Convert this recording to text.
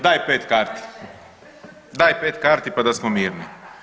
Daj 5 karti, daj 5 karti pa da smo mirni.